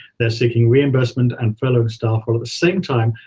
they're seeking reimbursement and furloughed staff, while at the same time,